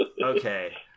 Okay